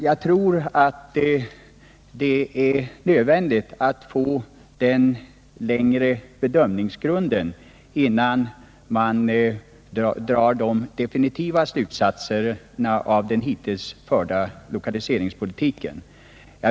Jag tror att det är nödvändigt att få den bättre bedömningsgrunden med en längre prövotid innan man kan dra några definitiva slutsatser av den hittills förda lokaliseringspolitiken.